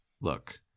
look